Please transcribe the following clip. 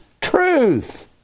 truth